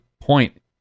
point